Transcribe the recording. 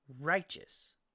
righteous